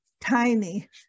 tiny